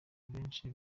benshi